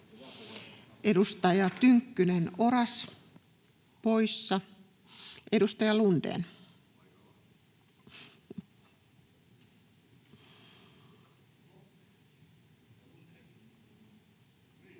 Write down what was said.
Edustaja Tynkkynen, Oras, poissa. — Edustaja Lundén. [Speech